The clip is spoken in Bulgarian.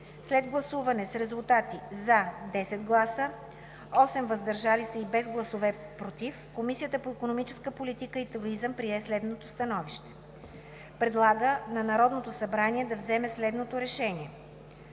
След гласуване с резултати: „за“ – 10 гласа, 8 гласа „въздържал се“ и без „против“ Комисията по икономическа политика и туризъм прие следното становище: Предлага на Народното събрание да вземе следното решение: